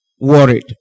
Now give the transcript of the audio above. worried